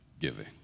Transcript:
giving